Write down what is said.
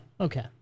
Okay